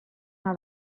how